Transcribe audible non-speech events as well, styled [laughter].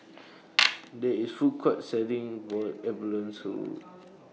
[noise] There IS A Food Court Selling boiled abalone